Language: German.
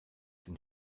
den